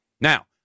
Now